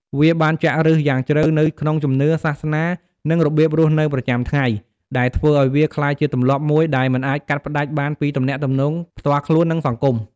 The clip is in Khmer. វាបានចាក់ឫសយ៉ាងជ្រៅនៅក្នុងជំនឿ សាសនា និងរបៀបរស់នៅប្រចាំថ្ងៃ ដែលធ្វើឱ្យវាក្លាយជាទម្លាប់មួយដែលមិនអាចកាត់ផ្តាច់បានពីទំនាក់ទំនងផ្ទាល់ខ្លួន និងសង្គម។